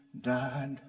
died